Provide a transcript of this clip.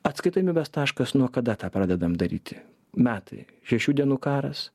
atskaitomybės taškas nuo kada tą pradedam daryti metai šešių dienų karas